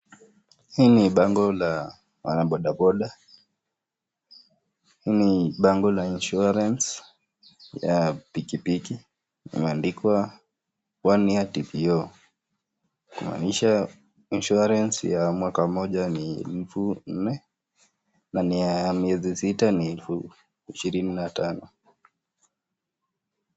Hii ni bango la wanaboda boda. Hii ni bango la insurance ya pikipiki. Imeandikwa One Year TPO . Kumaanisha insurance ya mwaka mmoja ni elfu nne na ni ya miezi sita ni elfu ishirini na tano.